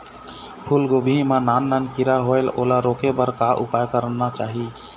फूलगोभी मां नान नान किरा होयेल ओला रोके बर का उपाय करना चाही?